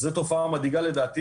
וזאת תופעה מדאיגה.